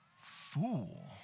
fool